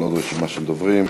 אבל יש רשימה של דוברים.